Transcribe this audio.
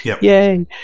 Yay